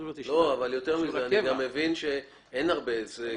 אני מבין שאשרת